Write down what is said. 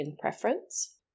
preference